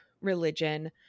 religion